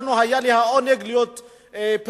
היה לי העונג להיות פעיל,